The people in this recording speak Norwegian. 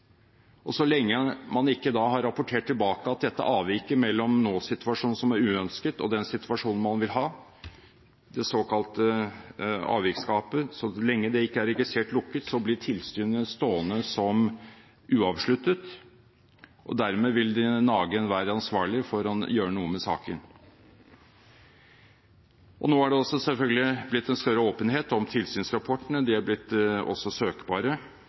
Og så lenge man da ikke har rapportert tilbake at dette avviket mellom nåsituasjonen, som er uønsket, og den situasjonen man vil ha – det såkalte avviksgapet – er registrert lukket, blir tilsynet stående som uavsluttet, og dermed vil det nage enhver ansvarlig for å gjøre noe med saken. Nå er det selvfølgelig også blitt en større åpenhet om tilsynsrapportene. De er også blitt søkbare. Det